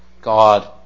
God